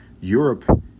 Europe